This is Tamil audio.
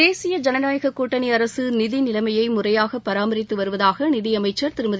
தேசிய ஜனநாயக கூட்டணி அரசு நிதி நிலைமையை முறையாக பராமரித்து வருவதாக நிதியமைச்சர் திருமதி